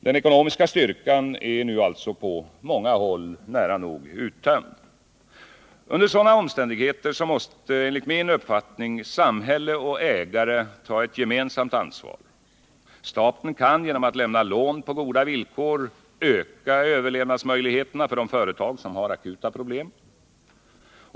Den ekonomiska styrkan är alltså nu på många håll nästan Under sådana omständigheter måste enligt min uppfattning samhälle och ägare ta ett gemensamt ansvar. Staten kan genom att lämna lån på goda villkor öka överlevnadsmöjligheterna för de företag som har akuta problem.